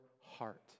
heart